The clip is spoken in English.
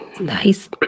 Nice